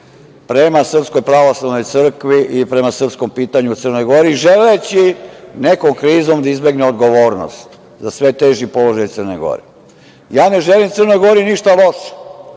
prema SPC i prema srpskom pitanju u Crnoj Gori, želeći nekom krizom da izbegne odgovornost za sve teži položaj Crne Gore. Ne želim Crnoj Gori ništa loše,